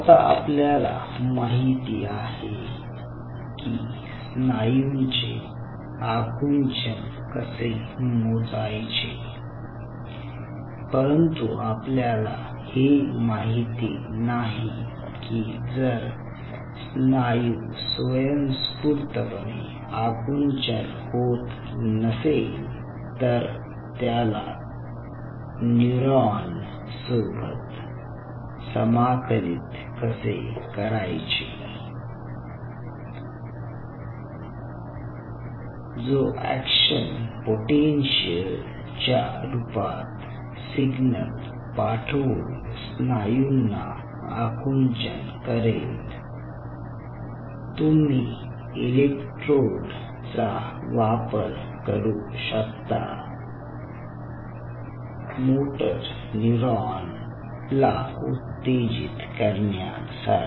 आता आपल्याला माहिती आहे की स्नायूंचे आकुंचन कसे मोजायचे परंतु आपल्याला हे माहिती नाही की जर स्नायू स्वयंस्फूर्तपणे आकुंचन होत नसेल तर त्याला न्यूरॉन सोबत समाकलित कसे करायचे जो एक्शन पोटेन्शियल च्या रूपात सिग्नल पाठवून स्नायूना आकुंचन करेल तुम्ही इलेक्ट्रोड चा वापर करू शकता मोटर न्यूरॉन ला उत्तेजित करण्या साठी